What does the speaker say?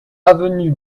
avenue